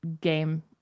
game